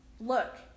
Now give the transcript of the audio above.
look